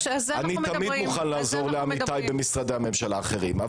אני תמיד מוכן לעזור לעמיתיי במשרדי הממשלה האחרים.